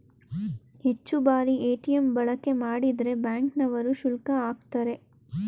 ಹೆಚ್ಚು ಬಾರಿ ಎ.ಟಿ.ಎಂ ಬಳಕೆ ಮಾಡಿದ್ರೆ ಬ್ಯಾಂಕ್ ನವರು ಶುಲ್ಕ ಆಕ್ತರೆ